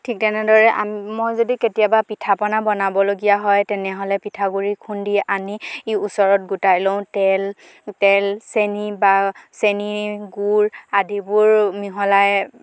ঠিক তেনেদৰে মই যদি কেতিয়াবা পিঠা পনা বনাবলগীয়া হয় তেনেহ'লে পিঠাগুড়ি খুন্দি আনি ওচৰত গোটাই লওঁ তেল তেল চেনী বা চেনী গুৰ আদিবোৰ মিহলাই